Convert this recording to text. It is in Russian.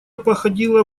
походила